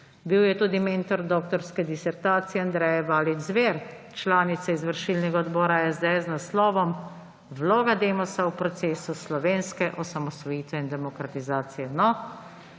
Bil je tudi mentor doktorske disertacije Andreje Valič Zver, članice izvršilnega odbora SDS, z naslovom Vloga Demosa v procesu slovenske osamosvojitve in demokracije.